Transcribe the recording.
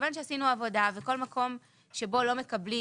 מכיוון שעשינו עבודה ובכל מקום שבו לא מקבלים